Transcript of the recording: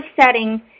setting